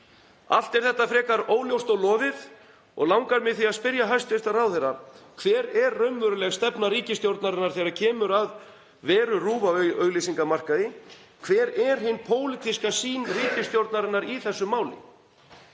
Allt er þetta frekar óljóst og loðið og langar mig því að spyrja hæstv. ráðherra: Hver er raunveruleg stefna ríkisstjórnarinnar þegar kemur að veru RÚV á auglýsingamarkaði? Hver er hin pólitíska sýn ríkisstjórnarinnar í þessu máli?